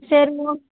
சரிங்க உங்